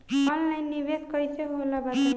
Online निवेस कइसे होला बताईं?